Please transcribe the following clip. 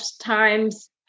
times